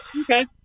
Okay